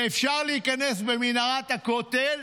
ואפשר להיכנס במנהרת הכותל,